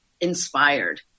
inspired